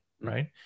right